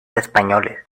españoles